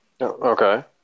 Okay